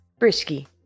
Brisky